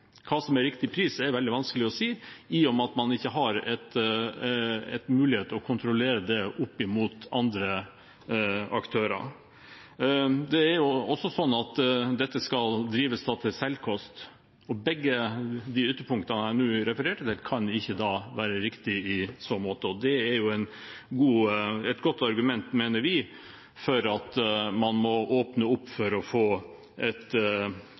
Hva som er riktig pris, er veldig vanskelig å si, i og med at man ikke har en mulighet til å kontrollere det opp mot andre aktører. Det er også sånn at dette skal drives til selvkost, og begge ytterpunktene jeg nå refererte til, kan ikke være riktige i så måte. Dette er et godt argument, mener vi, for at man må åpne opp for å få et